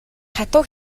хатуу